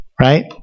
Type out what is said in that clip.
right